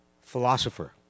philosopher